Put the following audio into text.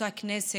אותה כנסת,